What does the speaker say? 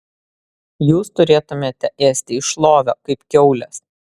jūs turėtumėte ėsti iš lovio kaip kiaulės